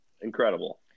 incredible